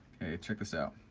check this out,